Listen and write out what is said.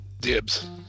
dibs